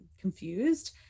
confused